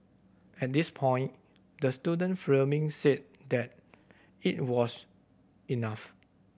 at this point the student filming said that it was enough